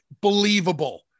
believable